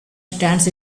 stands